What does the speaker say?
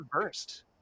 burst